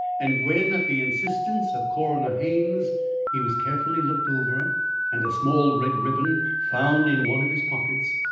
and when at the instance of coroner haines he was carefully looked over and a small red ribbon found in one of his pockets,